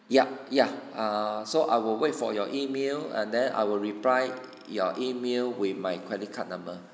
ya ya err so I will wait for your email and then I will reply your email with my credit card number